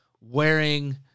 wearing